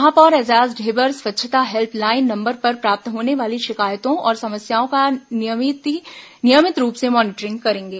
महापौर एजाज ढेबर स्वच्छता help line number पर प्राप्त होने वाली शिकायतों और समस्याओं का नियमित रूप से मॉनीटरिंग करेंगे